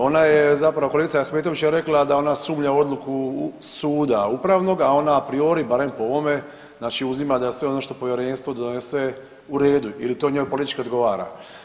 Ona je zapravo kolegica Ahmetović je rekla da ona sumnja u odluku suda upravnog, a ona a priori barem po ovome uzima da je sve ono što povjerenstvo donese u redu ili to njoj politički odgovara.